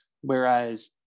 Whereas